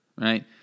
right